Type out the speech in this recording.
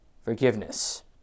forgiveness